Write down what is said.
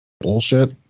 bullshit